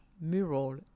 mural